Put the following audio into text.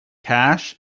cash